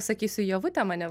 sakysiu ievute mane